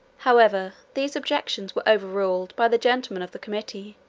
however these objections were over-ruled by the gentlemen of the committee,